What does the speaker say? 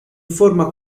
forma